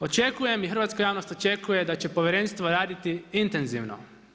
Očekujem i hrvatska javnost očekuje da će povjerenstvo raditi intenzivno.